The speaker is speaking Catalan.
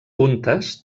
puntes